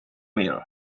mill